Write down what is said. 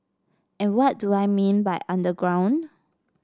and what do I mean by underground